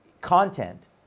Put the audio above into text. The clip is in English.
content